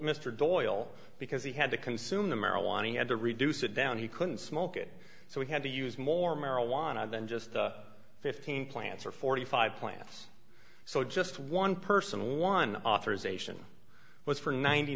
doyle because he had to consume the marijuana he had to reduce it down he couldn't smoke it so we had to use more marijuana than just fifteen plants or forty five plants so just one person and one authorisation was for ninety